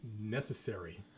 necessary